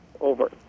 Over